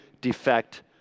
defect